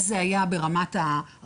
אז זה היה ברמת הרעיון.